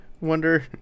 Wonder